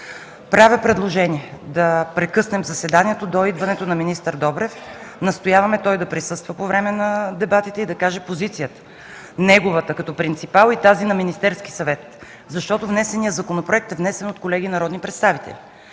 Правя предложение да прекъснем заседанието до идването на министър Добрев. Настояваме той да присъства по време на дебатите и да каже позицията – неговата като принципал, и тази на Министерския съвет. Защото внесеният законопроект е внесен от колеги народни представители.